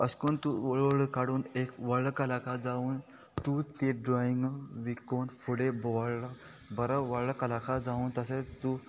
अशकरून तूं हळू हळू काडून एक व्हड कलाकार जावन तूं ती ड्रॉइंगा विकून फुडें बरो व्हड कलाकार जावन तशेच तूं